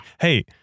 hey